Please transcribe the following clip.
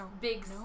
big